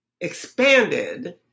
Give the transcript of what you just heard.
expanded